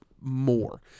more